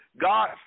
God